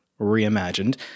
Reimagined